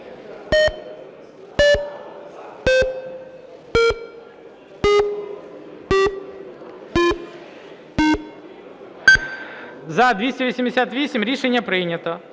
За-288 Рішення прийнято.